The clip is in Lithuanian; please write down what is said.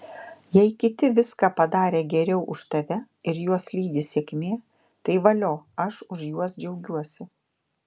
jei kiti viską padarė geriau už tave ir juos lydi sėkmė tai valio aš už juos džiaugsiuosi